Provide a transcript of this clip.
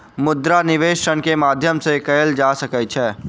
मुद्रा निवेश ऋण के माध्यम से कएल जा सकै छै